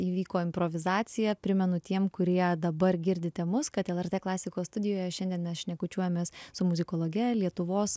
įvyko improvizacija primenu tiem kurie dabar girdite mus kad lrt klasikos studijoje šiandien šnekučiuojamės su muzikologe lietuvos